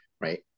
right